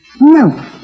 No